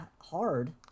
hard